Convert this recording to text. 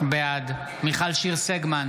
נמנע מיכל שיר סגמן,